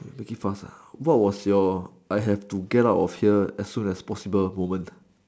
make it fast ah what was your I have to get out of here as soon as possible moment